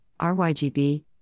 RYGB